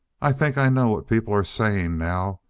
i think i know what people are saying now,